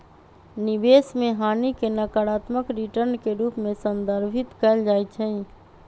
निवेश में हानि के नकारात्मक रिटर्न के रूप में संदर्भित कएल जाइ छइ